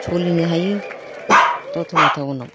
सलिनो हायो द'तमा टाउनाव